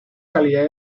calidad